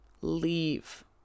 leave